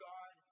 God